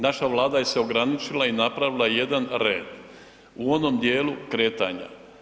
Naša Vlada se je ograničila i napravila jedan red u onom dijelu kretanja.